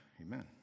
amen